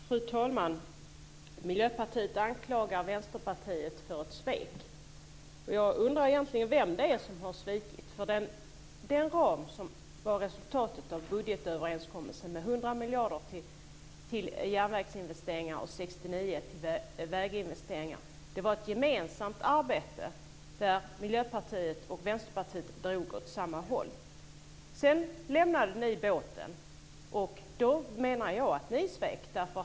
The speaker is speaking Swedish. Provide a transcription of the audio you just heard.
Fru talman! Miljöpartiet anklagar Vänsterpartiet för ett svek. Jag undrar egentligen vem det är som har svikit. Den ram som var resultatet av budgetöverenskommelsen, med 100 miljarder till järnvägsinvesteringar och 69 miljarder till väginvesteringar, var ett gemensamt arbete där Miljöpartiet och Vänsterpartiet drog åt samma håll. Sedan lämnade ni båten. Då menar jag att ni svek.